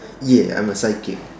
ya I'm a psychic